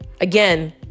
Again